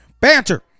Banter